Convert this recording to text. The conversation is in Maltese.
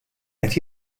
qed